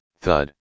thud